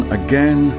again